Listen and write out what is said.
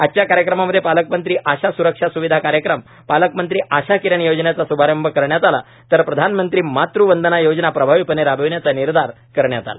आजच्या कार्यक्रमामध्ये पालकमंत्री आशा स्रक्षा स्विधा कार्यक्रम पालकमंत्री आशा किरण योजनेचा श्भारंभ करण्यात आला तर प्रधानमंत्री मातृ वंदना योजना प्रभावीपणे राबविण्याचा निर्धार करण्यात आला